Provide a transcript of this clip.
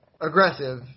aggressive